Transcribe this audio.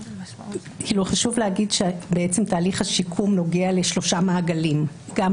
חשוב להגיד שתהליך השיקום נוגע לשלושה מעגלים: גם